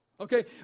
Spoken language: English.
Okay